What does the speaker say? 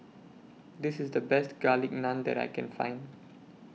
This IS The Best Garlic Naan that I Can Find